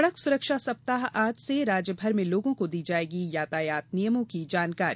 सड़क सुरक्षा सप्ताह आज से राज्य भर में लोगों को दी जायेगी यातायात नियमों की जानकारी